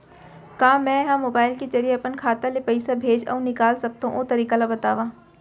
का मै ह मोबाइल के जरिए अपन खाता ले पइसा भेज अऊ निकाल सकथों, ओ तरीका ला बतावव?